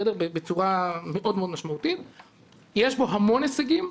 יש בו המון הישגים,